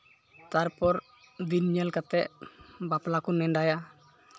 ᱛᱟᱨᱯᱚᱨ ᱫᱤᱱ ᱧᱮᱞ ᱠᱟᱛᱮᱫ ᱵᱟᱯᱞᱟ ᱠᱚ ᱱᱮᱸᱰᱟᱭᱟ